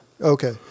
okay